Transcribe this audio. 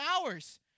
hours